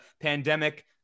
pandemic